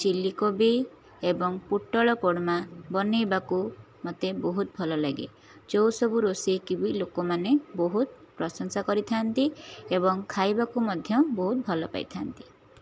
chilli କୋବି ଏବଂ ପୁଟଳ କୋର୍ମା ବନାଇବାକୁ ମୋତେ ବହୁତ ଭଲ ଲାଗେ ଯେଉଁସବୁ ରୋଷେଇକି ବି ଲୋକମାନେ ବହୁତ ପ୍ରଶଂସା କରିଥା'ନ୍ତି ଏବଂ ଖାଇବାକୁ ମଧ୍ୟ ବହୁତ ଭଲ ପାଇଥା'ନ୍ତି